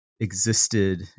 existed